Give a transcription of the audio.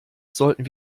sollten